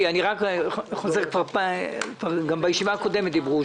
גם בישיבה הקודמת דיברו.